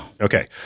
Okay